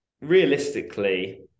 realistically